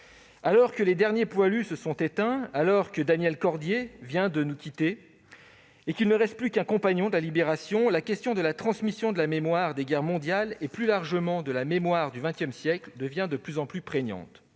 Alors que les derniers poilus se sont éteints, que Daniel Cordier vient de nous quitter et qu'il ne reste plus qu'un Compagnon de la Libération, la question de la transmission de la mémoire des guerres mondiales et, plus largement, de la mémoire du XX siècle devient de plus en plus prégnante.